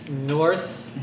north